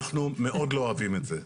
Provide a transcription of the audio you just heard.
אנחנו מאוד לא אוהבים את זה,